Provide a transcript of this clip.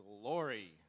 Glory